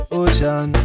ocean